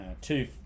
two